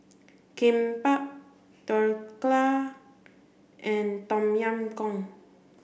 Kimbap Dhokla and Tom Yam Goong